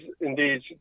indeed